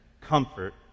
comfort